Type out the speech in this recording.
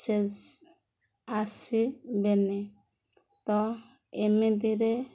ସେ ଆସିବେନି ତ ଏମିତିରେ